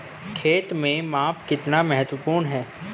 खेत में माप कितना महत्वपूर्ण है?